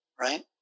right